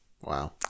Wow